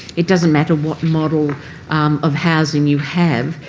it doesn't matter what model of housing you have,